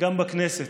גם בכנסת,